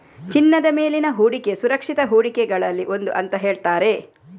ಚಿನ್ನದ ಮೇಲಿನ ಹೂಡಿಕೆ ಸುರಕ್ಷಿತ ಹೂಡಿಕೆಗಳಲ್ಲಿ ಒಂದು ಅಂತ ಹೇಳ್ತಾರೆ